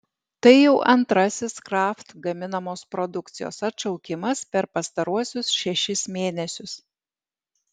tai jau antrasis kraft gaminamos produkcijos atšaukimas per pastaruosius šešis mėnesius